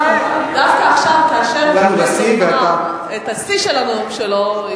את השיא של הנאום שלו,